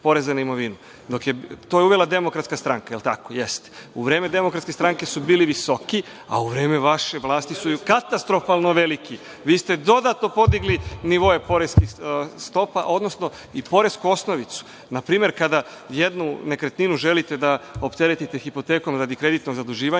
To je uvela Demokratska stranka, jel tako? Jeste. U vreme Demokratske stranke su bili visoki, a u vreme vaše vlasti su katastrofalno veliki, vi ste dodatno podigli nivoe poreskih stopa, odnosno i poresku osnovicu. Na primer, kada jednu nekretninu želite da opteretite hipotekom radi kreditnog zaduživanja